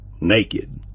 naked